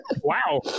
Wow